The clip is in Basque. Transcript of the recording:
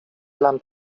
lan